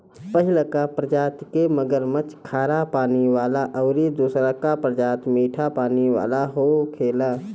पहिलका प्रजाति के मगरमच्छ खारा पानी वाला अउरी दुसरका प्रजाति मीठा पानी वाला होखेला